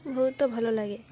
ବହୁତ ଭଲଲାଗେ